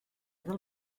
del